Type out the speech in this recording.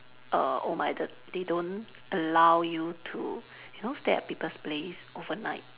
err old minded they don't allow you to you know stay at people's place overnight